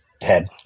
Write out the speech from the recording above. head